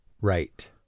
right